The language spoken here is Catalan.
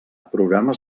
programes